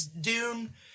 Dune